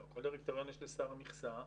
לא, כל דירקטוריון, יש לשר מכסה.